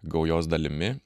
gaujos dalimi